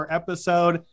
episode